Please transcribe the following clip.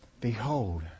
behold